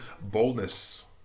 boldness